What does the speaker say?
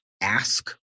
ask